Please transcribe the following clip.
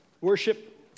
Worship